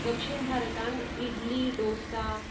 दक्षीण भारतांत इडली डोसा